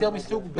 היתר מסוג ב'1?